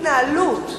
הצעת אי-אמון.